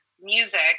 music